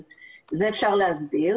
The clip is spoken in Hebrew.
אז זה אפשר להסדיר,